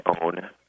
own